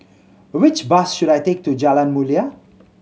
which bus should I take to Jalan Mulia